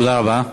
תודה רבה.